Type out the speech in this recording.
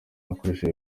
akoresheje